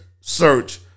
search